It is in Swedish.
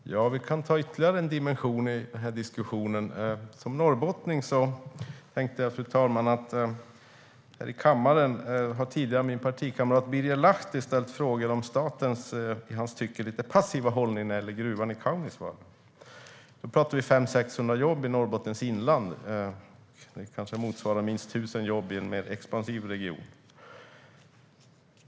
Fru talman! Vi kan ta upp ytterligare en dimension i den här diskussionen. Jag är norrbottning. Här i kammaren har tidigare min partikamrat Birger Lahti ställt frågor om statens i hans tycke lite passiva hållning när det gäller gruvan i Kaunisvaara. Där handlar det om 500-600 jobb i Norrbottens inland, vilket kanske motsvarar minst 1 000 jobb i en mer expansiv region.